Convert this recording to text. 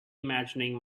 imagining